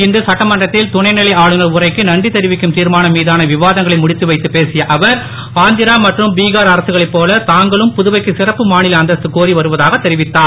இன்று சட்டமன்றத்தில் துணை நிலை ஆளுநர் உரைக்கு நன்றி தெரிவிக்கும் தீர்மானம் மீதான விவாதங்களை முடித்து வைத்துப் பேசிய அவர் ஆந்திர மற்றும் பிகார் அரசுகளைப் போல தாங்களும் புதுவைக்கு சிறப்பு மாநில அந்தஸ்து கோரி வருவதாக தெரிவித்தார்